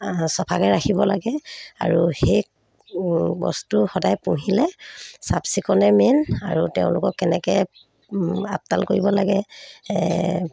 চফাকৈ ৰাখিব লাগে আৰু সেই বস্তু সদায় পুহিলে চাফ চিকুণে মেইন আৰু তেওঁলোকক কেনেকৈ আপডাল কৰিব লাগে